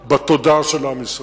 -- בכל מה שאת אומרת למתנחלים